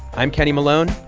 i'm kenny malone.